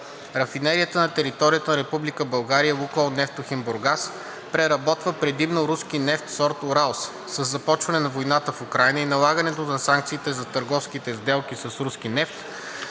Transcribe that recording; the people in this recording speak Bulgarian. Рафинерията на територията на Република България – „Лукойл Нефтохим Бургас“, преработва предимно руски нефт сорт „Уралс“. Със започване на войната в Украйна и налагането на санкциите за търговските сделки с руски нефт